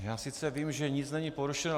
Já sice vím, že nic není porušeno.